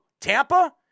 Tampa